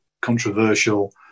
controversial